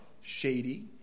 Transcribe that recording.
shady